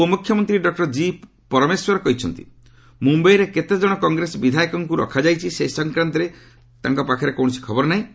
ଉପ ମୁଖ୍ୟମନ୍ତ୍ରୀ ଡକ୍ଟର କି ପରମେଶ୍ୱର କହିଛନ୍ତି ମ୍ରମ୍ୟାଇରେ କେତେଜଣ କଂଗ୍ରେସ ବିଧାୟକଙ୍କଠ ରଖାଯାଇଛି ସେ ସଂକ୍ରାନ୍ତରେ ଆମ ପାଖରେ ଖବର ନାହିଁ